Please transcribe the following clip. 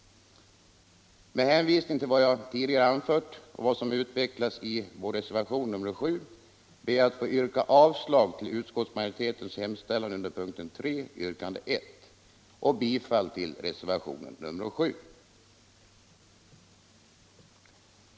Med hänvisning till vad jag tidigare anfört och vad som utvecklas i vår reservation 7 ber jag att få yrka avslag på utskottsmajoritetens hemställan under punkten 3 mom. I och bifall till reservationen 7.